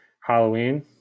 Halloween